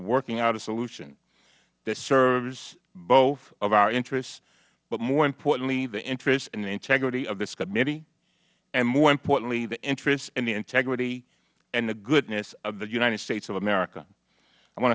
working out a solution that serves both of our interests but more importantly the interests and the integrity of this committee and more importantly the interests and the integrity and the goodness of the united states of america i want